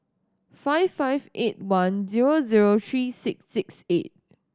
five five eight one zero zero three six six eight